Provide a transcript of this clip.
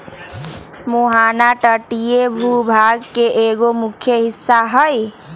मुहाना तटीय भूभाग के एगो मुख्य हिस्सा हई